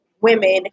women